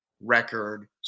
record